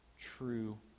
true